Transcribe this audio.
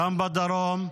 גם בדרום.